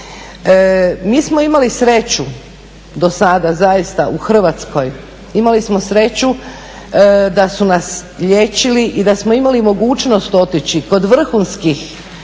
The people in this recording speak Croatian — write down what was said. Mi smo imali sreću, dosada, zaista u Hrvatskoj imali smo sreću da su nas liječili i da smo imali mogućnost otići kod vrhunskih